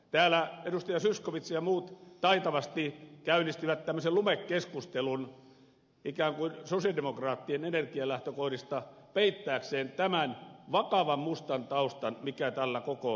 zyskowicz ja muut taitavasti käynnistivät tämmöisen lumekeskustelun ikään kuin sosialidemokraattien energialähtökohdista peittääkseen tämän vakavan mustan taustan mikä tällä koko asialla on